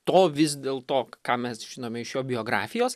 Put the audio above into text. to vis dėlto ką mes žinome iš jo biografijos